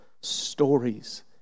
stories